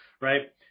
right